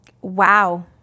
Wow